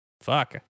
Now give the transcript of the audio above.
Fuck